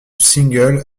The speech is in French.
single